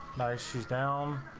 my shoes down